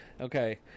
Okay